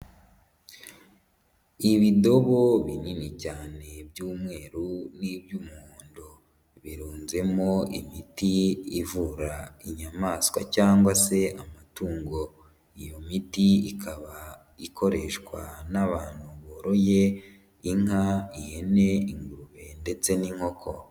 Ibidobo binini cyane by'umweru n'iby'umuhondo birunzemo imiti ivura inyamaswa cyangwa se amatungo, iyo miti ikaba ikoreshwa n'abantu boroye inka, ihene, ingurube ndetse n'inkoko.